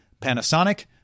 Panasonic